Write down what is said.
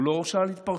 הוא לא הורשע על התפרצות,